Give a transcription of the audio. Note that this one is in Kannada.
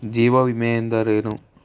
ಜೀವ ವಿಮೆ ಎಂದರೇನು?